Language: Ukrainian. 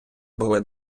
були